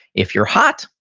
if you're hot,